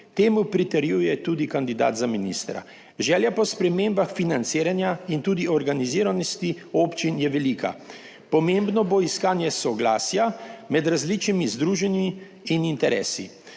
Temu pritrjuje tudi kandidat za ministra. Želja po spremembah financiranja in tudi organiziranosti občin je velika. Pomembno bo iskanje soglasja med različnimi združenji in interesi.